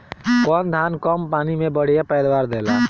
कौन धान कम पानी में बढ़या पैदावार देला?